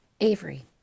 Avery